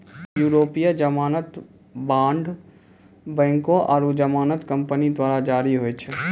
यूरोपीय जमानत बांड बैंको आरु जमानत कंपनी द्वारा जारी होय छै